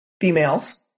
females